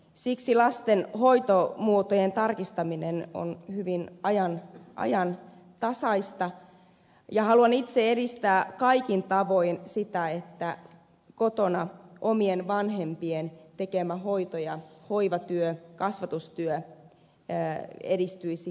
siksi lasten hoitomuotojen tarkistaminen on hyvin ajantasaista ja haluan itse edistää kaikin tavoin sitä että kotona omien vanhempien tekemä hoito ja hoivatyö kasvatustyö edistyisi eteenpäin